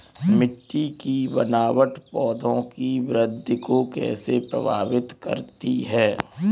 मिट्टी की बनावट पौधों की वृद्धि को कैसे प्रभावित करती है?